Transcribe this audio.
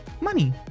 money